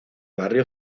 barrio